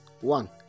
one